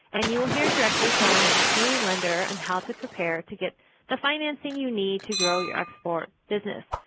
and you will hear directly from an sba lender on and how to prepare to get the financing you need to grow your export business.